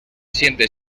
siente